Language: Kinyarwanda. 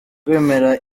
kwemera